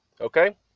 Okay